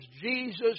Jesus